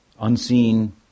unseen